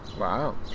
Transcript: Wow